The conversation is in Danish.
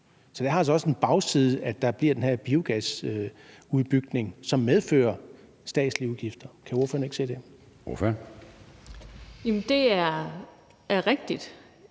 Så det har altså også en bagside, at der bliver den her biogasudbygning, som medfører statslige udgifter. Kan ordføreren ikke se det? Kl.